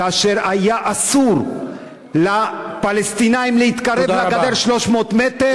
כאשר היה אסור לפלסטינים להתקרב לגדר 300 מטר,